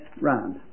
round